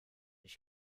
ich